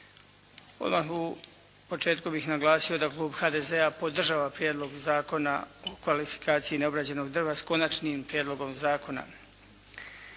Odmah u početku bih naglasio da Klub HDZ-a podržava Prijedlog zakona o kvalifikaciji neobrađenog drva sa Konačnim prijedlogom zakona.